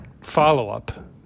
follow-up